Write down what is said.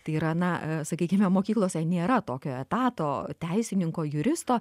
tai yra na sakykime mokyklose nėra tokio etato teisininko juristo